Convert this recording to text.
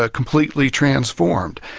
ah completely transformed.